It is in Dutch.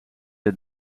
dat